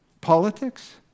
Politics